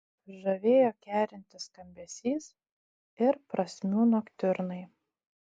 žavėjo kerintis skambesys ir prasmių noktiurnai